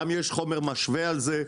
גם יש חומר משווה על זה.